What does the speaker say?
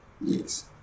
yes